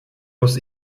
muss